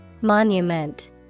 Monument